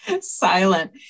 Silent